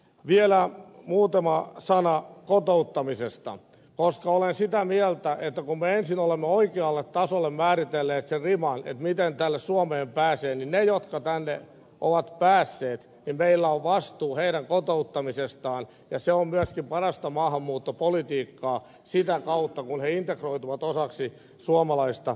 vielä muutama sana kotouttamisesta koska olen sitä mieltä että kun me ensin olemme oikealle tasolle määritelleet sen riman miten tänne suomeen pääsee niin meillä on vastuu heidän kotouttamisestaan jotka ovat tänne päässeet ja se on myöskin parasta maahanmuuttopolitiikkaa sitä kautta kun he integroituvat osaksi suomalaista yhteiskuntaa